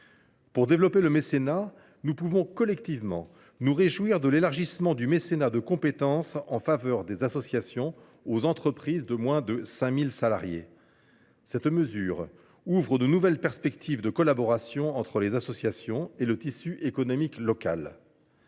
et engagement bénévole. Nous pouvons collectivement nous réjouir de l’élargissement du mécénat de compétences aux entreprises de moins de 5 000 salariés. Cette mesure ouvre de nouvelles perspectives de collaboration entre les associations et le tissu économique local.